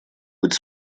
быть